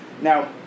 Now